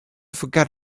forget